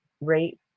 rate